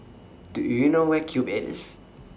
Do YOU know Where Cube eight IS